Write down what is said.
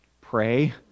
Pray